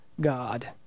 God